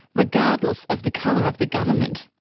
regardless of the colour of the government.